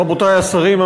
רבותי השרים,